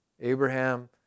Abraham